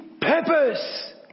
purpose